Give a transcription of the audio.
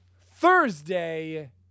Thursday